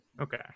okay